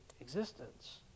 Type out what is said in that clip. existence